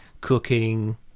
cooking